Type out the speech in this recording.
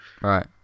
Right